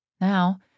Now